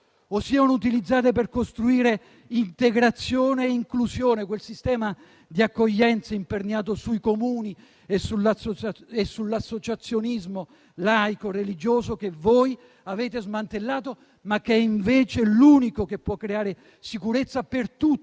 o siano utilizzate per costruire integrazione e inclusione, quel sistema di accoglienza diffuso imperniato sui Comuni e sull'associazionismo laico e religioso, che voi avete smantellato, ma che è invece l'unico che può creare sicurezza per tutti,